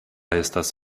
estas